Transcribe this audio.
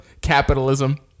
Capitalism